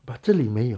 but 这里没有